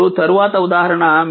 ఇప్పుడు తరువాత ఉదాహరణ